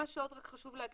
מה שעוד חשוב להגיד,